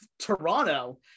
Toronto